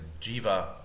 jiva